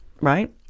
right